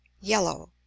Yellow